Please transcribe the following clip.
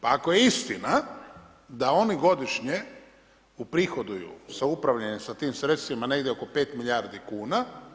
Pa ako je istina, da oni godišnje uprihoduju, sa upravljanje sa tim sredstvima negdje oko 5 milijardi kuna.